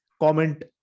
comment